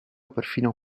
perfino